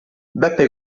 beppe